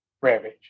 Ravage